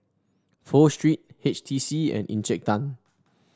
Pho Street H T C and Encik Tan